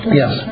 yes